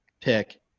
pick